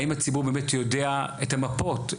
האם הציבור באמת יודע את המפות,